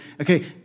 Okay